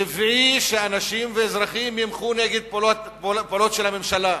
טבעי שאנשים ואזרחים ימחו נגד פעולות של הממשלה,